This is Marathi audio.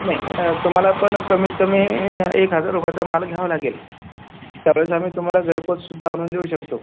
नाही तुम्हाला पण कमीतकमी एक हजार रुपयाचा माल घ्यावा लागेल त्यावेळेस आम्ही तुम्हाला घरपोचसुद्धा आणून देऊ शकतो